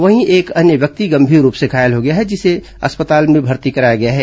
वहीं एक अन्य व्यक्ति गंभीर रूप से घायल हो गया है जिसे जिला अस्पताल में भर्ती कराया गया है